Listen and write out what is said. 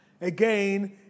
Again